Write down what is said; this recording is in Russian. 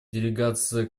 делегация